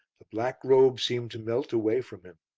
the black robe seemed to melt away from him.